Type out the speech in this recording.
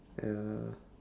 ya